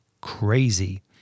crazy